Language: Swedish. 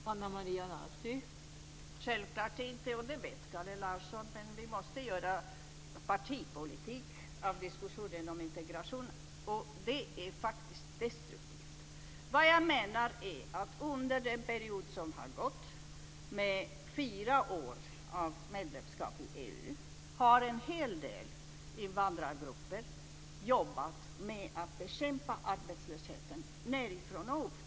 Fru talman! Självklart inte, och det vet Kalle Larsson. Men vi måste göra partipolitik av diskussionen om integration, och det är faktiskt destruktivt. Vad jag menar är att under den period som har gått med fyra år av medlemskap i EU har en del invandrargrupper jobbat med att bekämpa arbetslösheten nedifrån-och-upp.